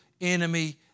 enemy